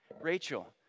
Rachel